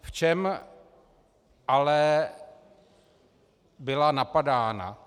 V čem ale byla napadána.